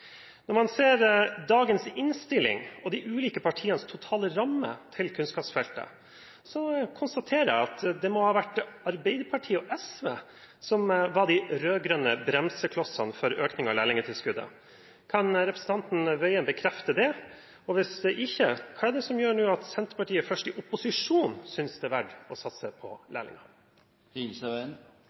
Når man ser dagens innstilling, og de ulike partienes totale ramme til kunnskapsfeltet, konstaterer jeg at det må ha vært Arbeiderpartiet og SV som var de rød-grønne bremseklossene for økningen av lærlingtilskuddet. Kan representanten Tingelstad Wøien bekrefte det? Hvis ikke, hva er det som gjør at Senterpartiet først i opposisjon synes det er verdt å satse på